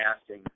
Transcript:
asking